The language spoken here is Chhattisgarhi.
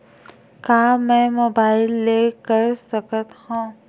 का मै मोबाइल ले कर सकत हव?